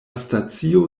stacio